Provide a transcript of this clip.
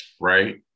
Right